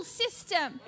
system